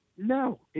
No